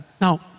Now